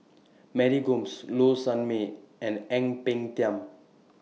Mary Gomes Low Sanmay and Ang Peng Tiam